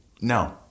No